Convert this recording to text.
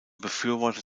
befürworter